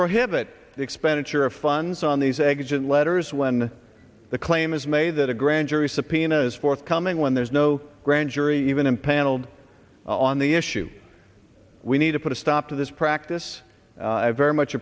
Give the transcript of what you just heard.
prohibit the expenditure of funds on these exit letters when the claim is made that a grand jury subpoena is forthcoming when there's no grand jury even impaneled on the issue we need to put a stop to this practice i very much